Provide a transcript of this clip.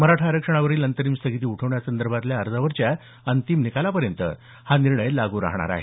मराठा आरक्षणावरील अंतरिम स्थगिती उठवण्यासंदर्भातल्या अर्जावरच्या अंतिम निकालापर्यंत हा निर्णय लागू राहणार आहे